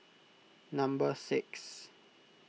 number six